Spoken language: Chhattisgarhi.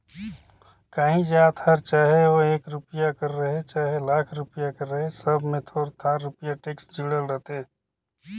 काहीं जाएत हर चहे ओ एक रूपिया कर रहें चहे लाख रूपिया कर रहे सब में थोर थार रूपिया टेक्स जुड़ल रहथे